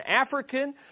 African